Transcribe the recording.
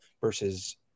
versus